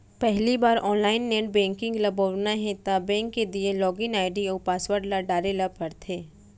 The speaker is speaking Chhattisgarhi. पहिली बार ऑनलाइन नेट बेंकिंग ल बउरना हे त बेंक के दिये लॉगिन आईडी अउ पासवर्ड ल डारे ल परथे